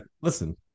listen